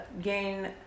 gain